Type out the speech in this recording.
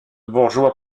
bourgeois